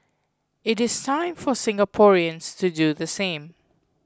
it is time for Singaporeans to do the same